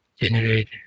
Generate